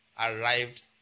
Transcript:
arrived